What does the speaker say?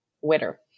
Witter